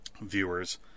viewers